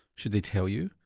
should they tell you?